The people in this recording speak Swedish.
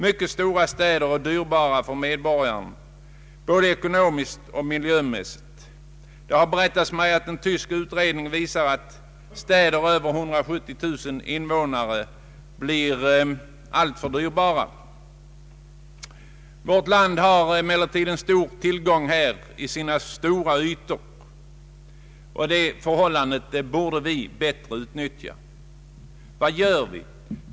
Mycket stora städer är dyrbara för medborgarna, både ekonomiskt och miljömässigt. Det har berättats mig att en tysk utredning visat att städer med mer än 170 000 invånare blir alltför dyrbara. Vårt land har en stor tillgång i sina stora ytor, och det förhållandet borde vi utnyttja bättre. Men vad gör vi?